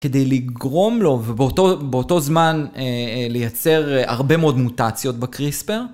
כדי לגרום לו ובאותו זמן לייצר הרבה מאוד מוטציות בקריספר.